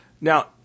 Now